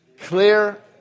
clear